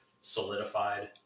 solidified